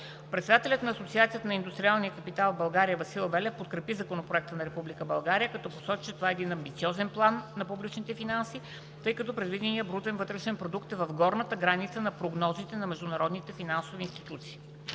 Председателят на Асоциацията на индустриалния капитал в България Васил Велев подкрепи Законопроекта за бюджет на Република България 2020 г., като посочи, че това е един амбициозен план на публичните финанси, тъй като предвиденият брутен вътрешен продукт е в горната граница на прогнозите на международните финансови институции.